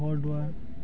ঘৰ দুৱাৰ